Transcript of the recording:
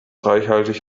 reichhaltig